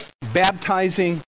baptizing